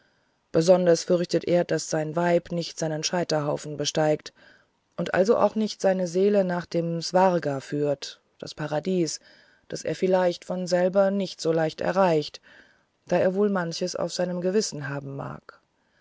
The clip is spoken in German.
besonders fürchtet er daß sein weib nicht seinen scheiterhaufen besteigt und also auch nicht seine seele nach dem svarga führt das paradies das er vielleicht von selber nicht so leicht erreicht da er wohl manches auf seinem gewissen haben mag